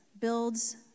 builds